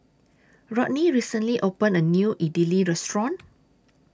Rodney recently opened A New Idili Restaurant